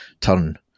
turn